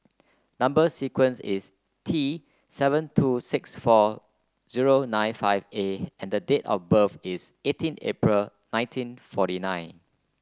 number sequence is T seven two six four zero nine five A and the date of birth is eighteen April nineteen forty nine